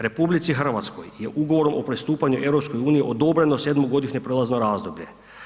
RH je ugovorom o pristupanju EU odobreno sedmogodišnje prijelazno razdoblje.